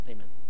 Amen